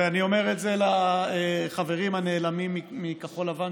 ואני אומר את זה גם לחברים הנעלמים מכחול לבן,